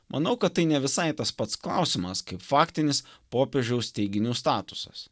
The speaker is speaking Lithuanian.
manau kad tai ne visai tas pats klausimas kaip faktinis popiežiaus teiginių statusas